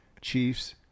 Chiefs